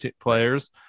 players